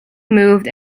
moved